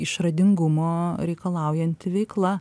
išradingumo reikalaujanti veikla